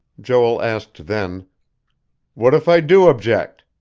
joel asked then what if i do object?